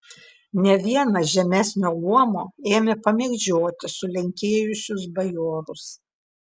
ne vienas žemesnio luomo ėmė pamėgdžioti sulenkėjusius bajorus